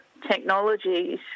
technologies